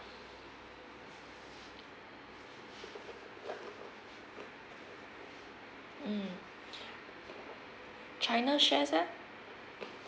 mm china shares leh